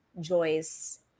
Joyce